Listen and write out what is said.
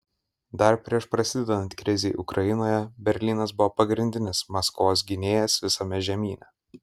dar prieš prasidedant krizei ukrainoje berlynas buvo pagrindinis maskvos gynėjas visame žemyne